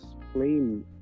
explain